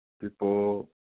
people